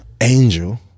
Angel